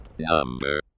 Number